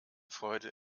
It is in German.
freude